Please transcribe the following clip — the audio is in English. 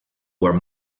where